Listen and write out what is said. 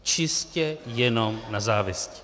Čistě jenom na závisti.